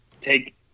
take